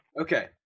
Okay